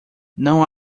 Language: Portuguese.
não